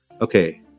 okay